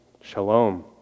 shalom